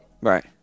right